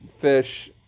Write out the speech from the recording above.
fish